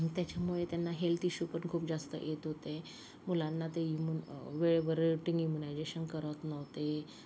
आणि त्याच्यामुळे त्यांना हेल्थ इश्यू पण खूप जास्त येत होते मुलांना ते इम्युन वेळेवरती इम्युनायझेशन करत नव्हते